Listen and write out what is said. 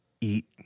eat